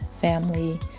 family